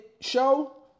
show